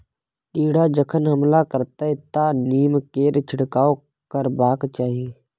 कीड़ा जखन हमला करतै तँ नीमकेर छिड़काव करबाक चाही